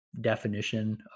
definition